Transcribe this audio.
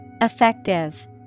Effective